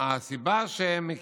הסיבה שהם מכירים,